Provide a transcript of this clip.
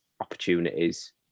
opportunities